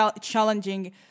challenging